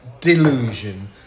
delusion